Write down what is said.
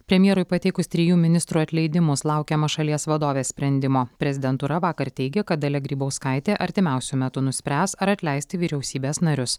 premjerui pateikus trijų ministrų atleidimus laukiama šalies vadovės sprendimo prezidentūra vakar teigė kad dalia grybauskaitė artimiausiu metu nuspręs ar atleisti vyriausybės narius